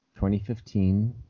2015